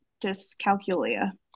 dyscalculia